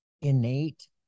innate